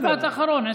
משפט אחרון.